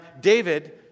David